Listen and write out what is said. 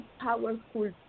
powerful